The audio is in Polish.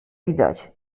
widać